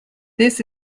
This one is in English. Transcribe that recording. this